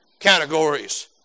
categories